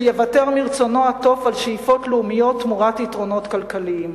שיוותר מרצונו הטוב על שאיפות לאומיות תמורת 'יתרונות כלכליים'".